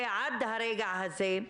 אני רוצה להתייחס לעניין הזה.